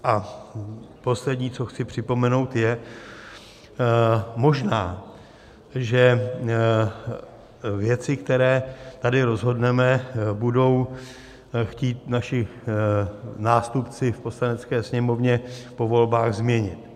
A poslední, co chci připomenout, je: možná že věci, které tady rozhodneme, budou chtít naši nástupci v Poslanecké sněmovně po volbách změnit.